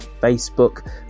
facebook